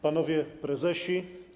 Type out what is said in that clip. Panowie Prezesi!